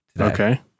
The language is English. Okay